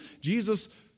Jesus